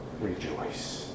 rejoice